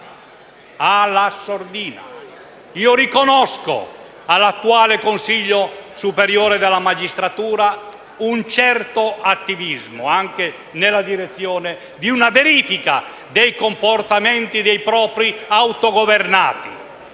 la sordina. Riconosco all'attuale Consiglio superiore della magistratura un certo attivismo, anche nella direzione di una verifica dei comportamenti dei propri autogovernati,